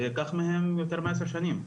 זה לוקח להם יותר מעשר שנים,